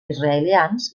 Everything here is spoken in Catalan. israelians